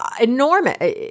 enormous